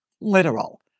literal